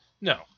No